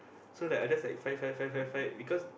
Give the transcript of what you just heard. so like I just like fight fight fight fight fight because